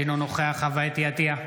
אינו נוכח חוה אתי עטייה,